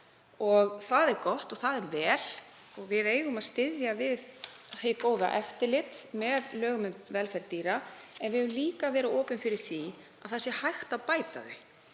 Það er gott og það er vel og við eigum að styðja við hið góða eftirlit með lögum um velferð dýra. En við eigum líka að vera opin fyrir því að hægt sé að bæta það.